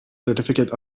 certificate